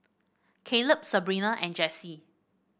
Caleb Sabrina and Jessi